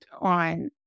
on